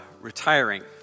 retiring